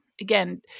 again